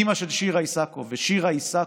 אימא של שירה איסקוב ושירה איסקוב,